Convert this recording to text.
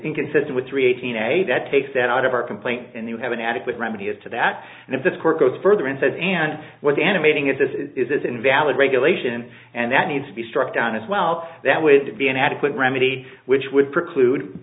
inconsistent with three eighteen a that takes that out of our complaint and you have an adequate remedy is to that and if this court goes further and says and what the animating is this is invalid regulation and that needs to be struck down as well that would be an adequate remedy which would preclude